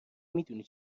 میدونی